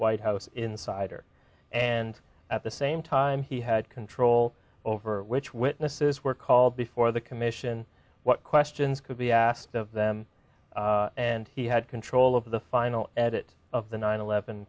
white house insider and at the same time he had control over which witnesses were called before the commission what questions could be asked of them and he had control of the final edit of the nine eleven